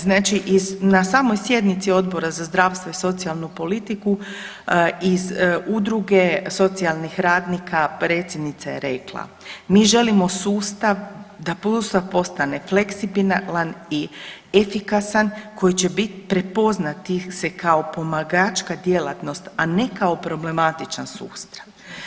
Znači na samoj sjednici Odbora za zdravstvo i socijalnu politiku iz udruge socijalnih radnika predsjednica je rekla mi želimo sustav, da sustav postane fleksibilan i efikasan koji će bit prepoznati se kao pomagačka djelatnost, a ne kao problematičan sustav.